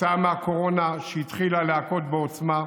כתוצאה מהקורונה שהתחילה להכות בעוצמה.